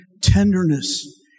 tenderness